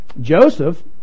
Joseph